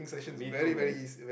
me too man